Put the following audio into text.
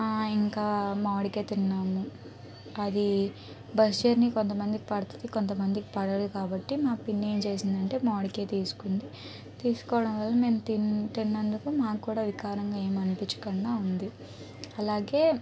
ఆ ఇంకా మామిడికాయ తిన్నాము అది బస్ జర్నీ కొంతమందికి పడతది కొంతమందికి పడదు కాబట్టి మా పిన్నేంచేసిందంటే మామిడికాయ తీసుకుంది తీసుకోవడం కాదు మేము తింటున్నందుకు మాక్కూడా వికారంగా ఏం అనిపించకుండా ఉంది అలాగే